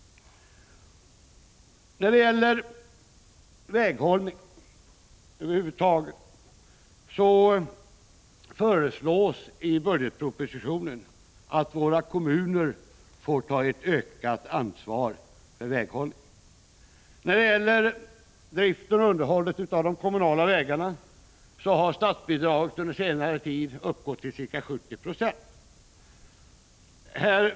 När det gäller väghållning över huvud taget föreslås i budgetpropositionen att våra kommuner får ta ett ökat ansvar för väghållningen. Statsbidraget till drift och underhåll av de kommunala vägarna har under senare tid uppgått till ca 70 20.